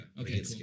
Okay